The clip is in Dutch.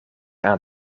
aan